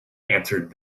answered